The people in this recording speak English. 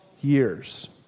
years